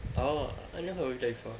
oh I never go there before